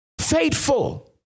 Faithful